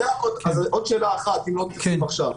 אז עוד שאלה אחת, אם לא מתייחסים עכשיו.